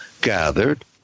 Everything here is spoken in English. gathered